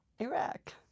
Iraq